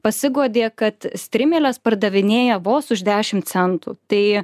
pasiguodė kad strimeles pardavinėja vos už dešim centų tai